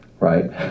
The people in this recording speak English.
Right